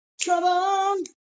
trouble